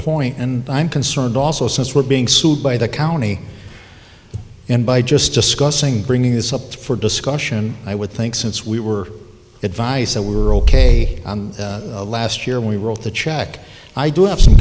point and i'm concerned also since we're being sued by the county and by just discussing bringing this up for discussion i would think since we were advised that we were ok last year we wrote the check i do have some